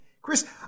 Chris